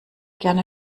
gerne